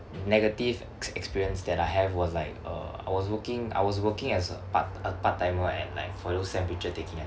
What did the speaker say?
negative ex~ experience that I have was like uh I was working I was working as a part a part timer at like for those temperature taking